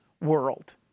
world